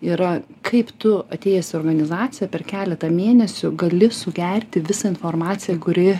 yra kaip tu atėjęs į organizaciją per keletą mėnesių gali sugerti visą informaciją kuri